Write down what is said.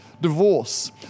divorce